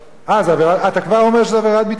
אתה כבר אומר שזו עבירת ביטחון?